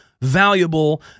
valuable